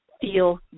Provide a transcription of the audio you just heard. feel